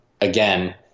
again